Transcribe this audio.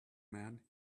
man